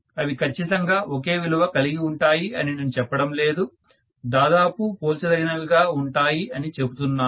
అవి ఖచ్చితంగా ఒకే విలువ కలిగి ఉంటాయి అని నేను చెప్పడము లేదు దాదాపు పోల్చదగినవిగా ఉంటాయి అని చెప్తున్నాను